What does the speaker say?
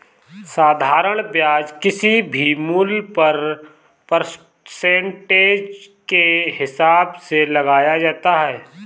साधारण ब्याज किसी भी मूल्य पर परसेंटेज के हिसाब से लगाया जाता है